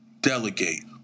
delegate